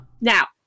Now